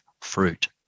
fruit